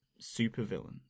supervillain